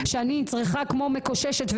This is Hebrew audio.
אני והיושב ראש הקבוע של ועדת הכנסת,